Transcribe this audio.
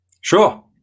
sure